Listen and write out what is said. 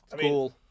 Cool